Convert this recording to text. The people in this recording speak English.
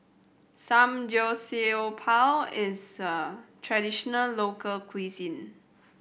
samgyeopsal is a traditional local cuisine